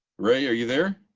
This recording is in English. ray. are you there?